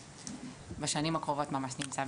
ובשנים הקרובות ממש נמצא.